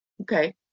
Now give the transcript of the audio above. Okay